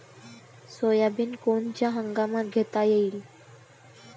Soybean कोनच्या हंगामात घेता येईन?